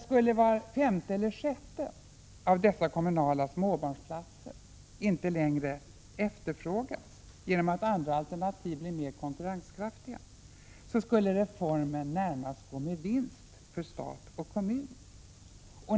Skulle var femte eller sjätte av de kommunala småbarnsplatserna inte längre efterfrågas genom att andra alternativ blev mer konkurrenskraftiga, skulle reformen närmast gå med vinst för stat och kommun.